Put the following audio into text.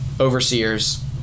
overseers